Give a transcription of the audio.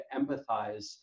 empathize